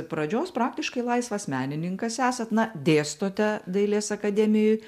pradžios praktiškai laisvas menininkas esat na dėstote dailės akademijoj